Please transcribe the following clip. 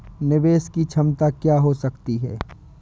निवेश की क्षमता क्या हो सकती है?